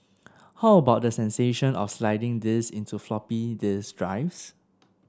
how about the sensation of sliding these into floppy disk drives